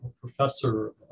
professor